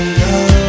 love